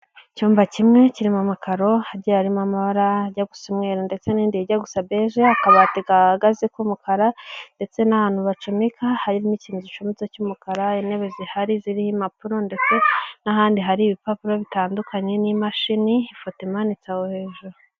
Icyumba kimwe kirimo amakaro, hagiye harimo amabara ajya gusa umweru, ndetse n'ibindi bijya gusa beze, akabati gahagaze k'umukara ndetse n'ahantu bacomeka, harimo ikintu gicometse cy'umukara, intebe zihari ziriho impapuro ndetse n'ahandi hari ibipapuro bitandukanye n'imashini, ifoto imanitse aho hejuru.